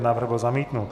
Návrh byl zamítnut.